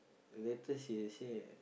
later she will say